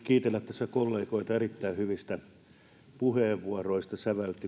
kiitellä tässä kollegoita erittäin hyvistä puheenvuoroista